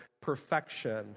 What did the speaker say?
perfection